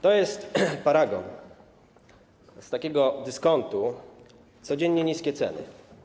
To jest paragon z takiego dyskontu „Codziennie niskie ceny”